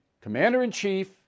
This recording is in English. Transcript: Commander-in-Chief